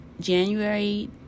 January